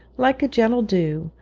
like a gentle dew,